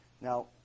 Now